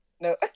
No